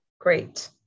Great